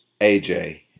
AJ